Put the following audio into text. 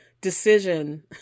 decision